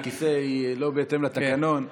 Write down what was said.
שאלה נוספת מהכיסא היא לא בהתאם לתקנון.